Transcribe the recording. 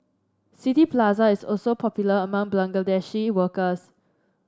City Plaza is also popular among Bangladeshi workers